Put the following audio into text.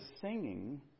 singing